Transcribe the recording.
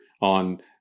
on